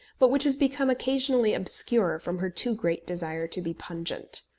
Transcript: but which has become occasionally obscure from her too great desire to be pungent.